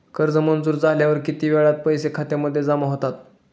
कर्ज मंजूर झाल्यावर किती वेळात पैसे खात्यामध्ये जमा होतात?